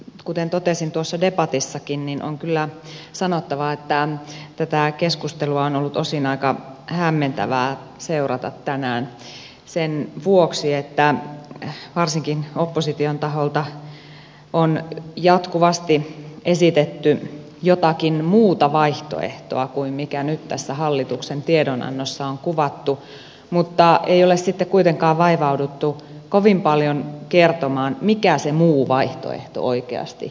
kuten totesin tuossa debatissakin niin on kyllä sanottava että tätä keskustelua on ollut osin aika hämmentävää seurata tänään sen vuoksi että varsinkin opposition taholta on jatkuvasti esitetty jotakin muuta vaihtoehtoa kuin mikä nyt tässä hallituksen tiedonannossa on kuvattu mutta ei ole sitten kuitenkaan vaivauduttu kovin paljon kertomaan mikä se muu vaihtoehto oikeasti olisi